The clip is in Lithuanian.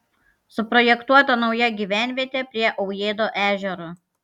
suprojektuota nauja gyvenvietė prie aujėdo ežero